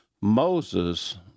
Moses